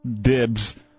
Dibs